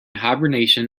hibernation